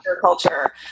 culture